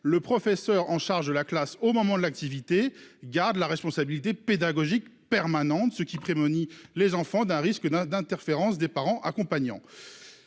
le professeur en charge de la classe au moment de l'activité garde la responsabilité pédagogique permanente », ce qui protège les enfants face aux éventuelles interférences des parents accompagnants.